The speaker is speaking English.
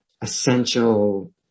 essential